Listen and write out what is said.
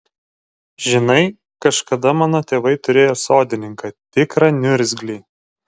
žinai kažkada mano tėvai turėjo sodininką tikrą niurgzlį